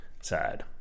Sad